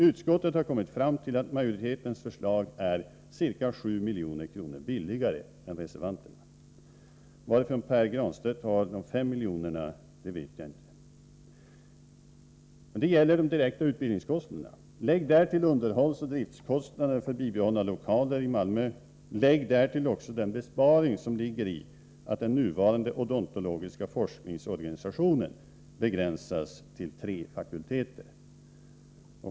Utskottet har kommit fram till att majoritetens förslag är ca 7 milj.kr. billigare än reservanternas. Varifrån Pär Granstedt får de 5 miljonerna vet jag inte. Detta gäller de direkta utbildningskostnaderna. Därtill kan läggas underhållsoch driftskostnaderna för att bibehålla lokaler i Malmö samt också den besparing som ligger i att den nuvarande odontologiska forskningsorganisationen begränsas till tre fakulteter.